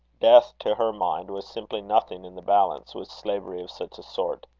death, to her mind, was simply nothing in the balance with slavery of such a sort.